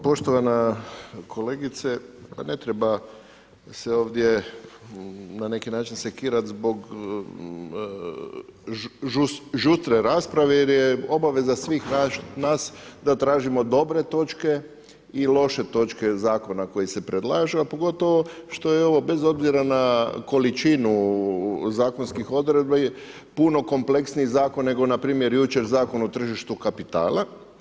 Poštovana kolegice, ne treba se ovdje na neki način sekirati zbog žustre rasprave, jer je obaveza svih nas da tražimo dobre točke i loše točke zakona koji se predlažu, a pogotovo što je ovo, bez obzira na količinu zakonskih odredbi, puno kompleksniji zakon, nego, npr. Zakon o tržištu kapitala.